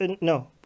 No